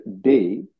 day